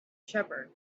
shepherd